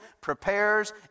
prepares